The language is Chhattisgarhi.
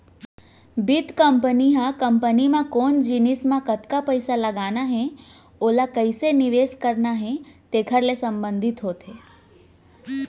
बित्त कंपनी ह कंपनी म कोन जिनिस म कतका पइसा लगाना हे ओला कइसे निवेस करना हे तेकर ले संबंधित होथे